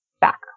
back